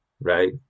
Right